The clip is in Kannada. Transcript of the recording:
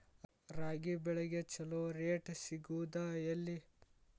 ರಾಗಿ ಬೆಳೆಗೆ ಛಲೋ ರೇಟ್ ಸಿಗುದ ಎಲ್ಲಿ?